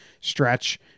stretch